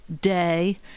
day